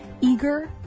Eager